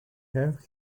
have